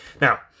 Now